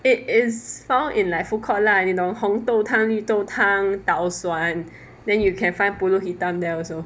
it is found in like food court lah you know 红豆汤绿豆汤捣蒜 then you can find pulut hitam there also